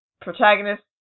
protagonist